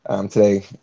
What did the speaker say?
today